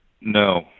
No